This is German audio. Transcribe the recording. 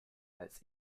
als